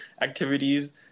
activities